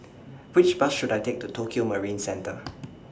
Which Bus should I Take to Tokio Marine Centre